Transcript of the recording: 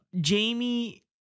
jamie